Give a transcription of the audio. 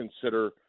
consider